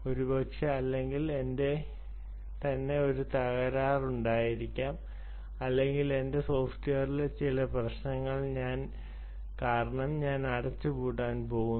ഒരുപക്ഷേ അല്ലെങ്കിൽ എന്റെ തന്നെ ഒരു തകരാറുണ്ടായിരിക്കാം അല്ലെങ്കിൽ എന്റെ സോഫ്റ്റ്വെയറിലെ ചില പ്രേശ്നങ്ങൾ അടച്ചുപൂട്ടാൻ പോകുന്നു